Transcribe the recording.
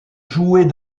jouer